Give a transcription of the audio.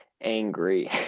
angry